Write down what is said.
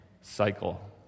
cycle